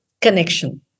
connection